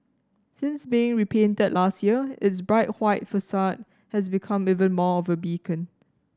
since being repainted that last year its bright white facade has become even more of a beacon